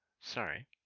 Sorry